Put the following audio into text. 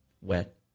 wet